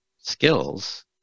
skills